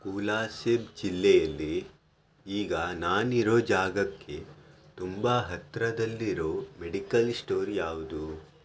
ಕೋಲಾಸಿಬ್ ಜಿಲ್ಲೆಯಲ್ಲಿ ಈಗ ನಾನಿರೊ ಜಾಗಕ್ಕೆ ತುಂಬ ಹತ್ತಿರದಲ್ಲಿರೊ ಮೆಡಿಕಲ್ ಸ್ಟೋರ್ ಯಾವುದು